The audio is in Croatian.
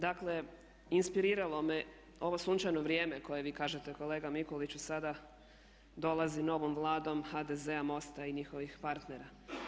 Dakle inspiriralo me ovo sunčano vrijeme koje vi kažete kolega Mikuliću sada dolazi novom Vladom HDZ-a, MOST-a i njihovih partnera.